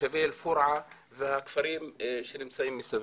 תושבי אל פורעה והכפרים שנמצאים מסביב,